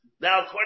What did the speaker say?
now